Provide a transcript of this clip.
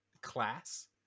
class